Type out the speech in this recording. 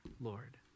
Lord